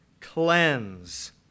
Cleanse